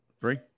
Three